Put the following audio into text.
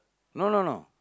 no no no